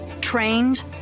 trained